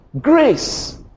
grace